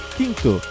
Quinto